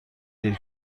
دیر